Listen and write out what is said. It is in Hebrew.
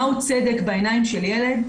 מה הוא צדק בעיניים של ילד,